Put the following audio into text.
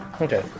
Okay